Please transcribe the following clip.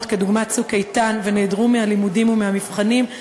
כדוגמת "צוק איתן" ונעדרו מהלימודים ומהמבחנים,